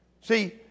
See